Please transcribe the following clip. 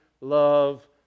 love